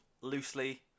loosely